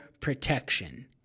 protection